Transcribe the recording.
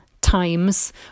times